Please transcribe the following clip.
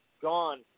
gone